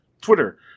Twitter